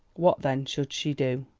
what then should she do?